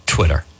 Twitter